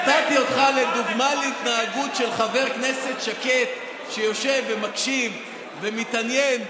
נתתי אותך כדוגמה להתנהגות של חבר כנסת שקט שיושב ומקשיב ומתעניין,